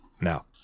Now